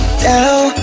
down